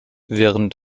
während